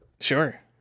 Sure